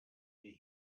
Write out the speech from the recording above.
hiv